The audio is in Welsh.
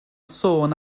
sôn